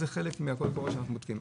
זה חלק מהקול קורא שאנחנו בודקים.